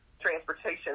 transportation